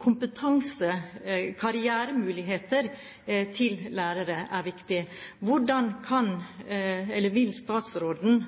Kompetanse og karrieremuligheter for lærere er viktig. Hvordan vil statsråden